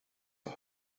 are